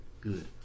good